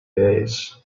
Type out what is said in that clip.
days